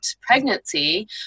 pregnancy